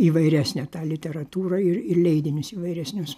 įvairesnę tą literatūrą ir ir leidinius įvairesnius